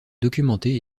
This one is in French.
documenté